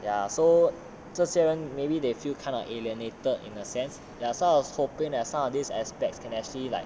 ya so 这些人 maybe they feel kind of alienated in a sense ya so I was hoping that some of these aspects can actually like